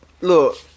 look